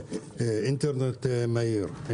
אינטרנט מהיר.